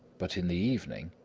but in the evening,